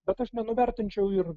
bet aš nenuvertinčiau ir